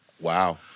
Wow